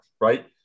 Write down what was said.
right